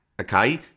okay